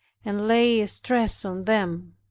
and lay a stress on them